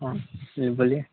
हाॅं जी बोलिए